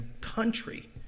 country